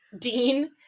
dean